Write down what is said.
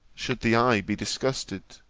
should the eye be disgusted,